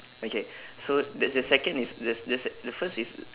okay so the the second is the s~ the s~ the first is